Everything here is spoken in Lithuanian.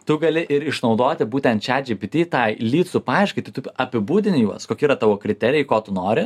tu gali ir išnaudoti būtent čiat džipiti tą lydsų paiešką tai tu apibūdini juos kokie yra tavo kriterijai ko tu nori